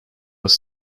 was